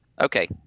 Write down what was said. Okay